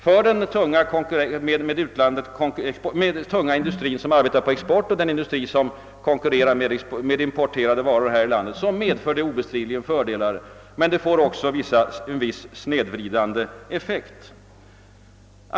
För den tunga industrin som arbetar på export och för den industri som konkurrerar med importerade varor här i landet medför det obestridliga vinster, men det får också en viss snedvridande effekt och kostnadsökningar på annat håll, det skall vi vara medvetna om.